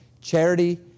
Charity